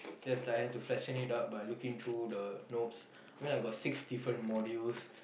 just I have to freshen it up by looking through the notes I mean I got six different modules